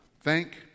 thank